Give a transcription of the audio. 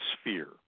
sphere